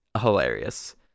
hilarious